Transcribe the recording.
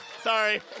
Sorry